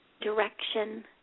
direction